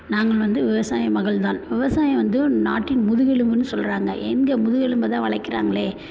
நாங்கள் வந்து விவசாயி மகள் தான் விவசாயம் வந்து நாட்டின் முதுகெலும்புன்னு சொல்லுறாங்க எங்கள் முதுகெலும்பை தான் வளைக்கிறாங்களே